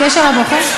קשר לבוחר?